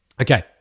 Okay